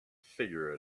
figure